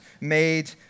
made